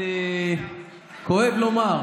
כואב לומר,